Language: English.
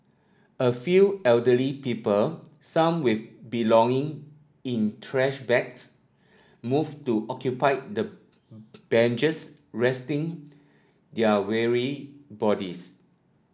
a few elderly people some with belonging in trash bags move to occupy the benches resting their weary bodies